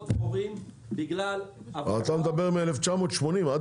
דבורים בגלל --- אבל אתה מדבר על 1980. מה,